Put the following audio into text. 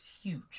huge